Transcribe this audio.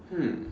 hmm